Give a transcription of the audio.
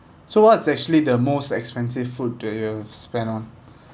so what's actually the most expensive food that you spend on